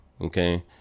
Okay